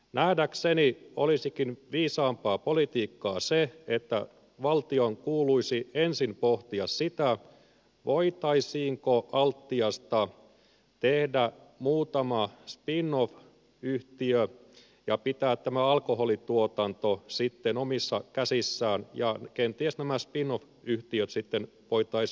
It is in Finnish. nähdäkseni olisikin viisaampaa politiikkaa se että valtion kuuluisi ensin pohtia sitä voitaisiinko altiasta tehdä muutama spin off yhtiö ja pitää tämä alkoholituotanto sitten omissa käsissä ja kenties nämä spin off yhtiöt sitten myydä